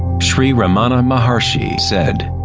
sri ramana maharshi said,